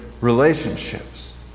relationships